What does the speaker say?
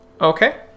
okay